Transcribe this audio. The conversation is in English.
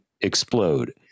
explode